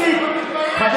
זה